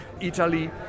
Italy